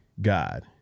God